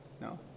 No